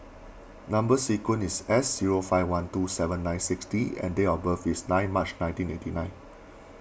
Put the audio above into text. Number Sequence is S zero five one two seven nine six D and date of birth is nine March nineteen eighty nine